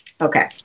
Okay